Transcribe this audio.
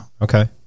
okay